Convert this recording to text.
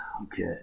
okay